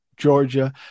georgia